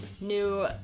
new